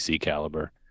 caliber